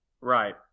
Right